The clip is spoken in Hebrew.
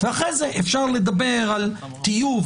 ואחרי זה אפשר לדבר על הטיוב,